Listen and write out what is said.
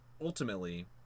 Ultimately